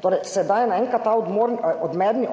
torej sedaj je na enkrat ta odmerni